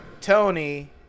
Tony